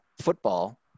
football